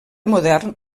modern